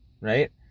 right